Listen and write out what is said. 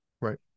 right